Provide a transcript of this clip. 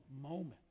moment